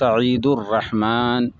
سعید الرحمن